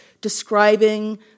describing